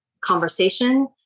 conversation